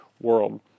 world